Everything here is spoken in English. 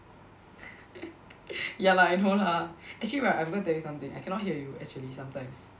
ya lah I know lah actually right I'm gonna tell you something I cannot hear you actually sometimes